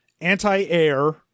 anti-air